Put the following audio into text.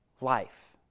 life